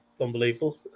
unbelievable